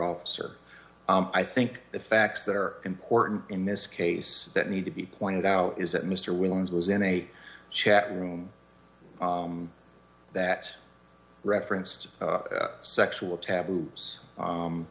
officer i think the facts that are important in this case that need to be pointed out is that mr williams was in a chat room that referenced sexual taboos